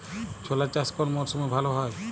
ছোলা চাষ কোন মরশুমে ভালো হয়?